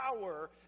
power